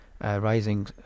rising